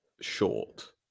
short